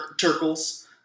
turkles